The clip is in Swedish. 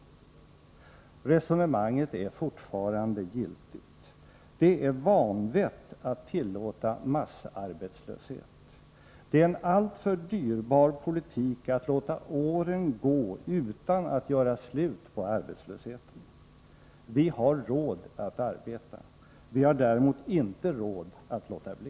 Resonemanget är fortfarande giltigt. Det är vanvett att tillåta massarbetslöshet. Det är en alltför dyrbar politik att låta åren gå utan att göra slut på arbetslösheten. Vi har råd att arbeta! Vi har däremot inte råd att låta bli.